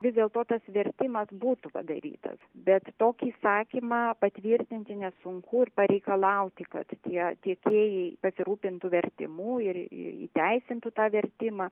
vis dėlto tas vertimas būtų padarytas bet tokį įsakymą patvirtinti nesunku ir pareikalauti kad tie tiekėjai pasirūpintų vertimu ir į įteisintų tą vertimą